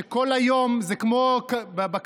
שבה כל היום, כמו בקזינו,